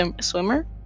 swimmer